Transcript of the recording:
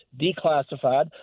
declassified